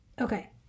okay